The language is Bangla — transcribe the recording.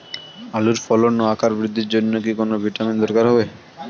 আলুর ফলন ও আকার বৃদ্ধির জন্য কি কোনো ভিটামিন দরকার হবে?